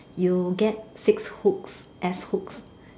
you get six hooks S hooks